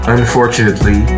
Unfortunately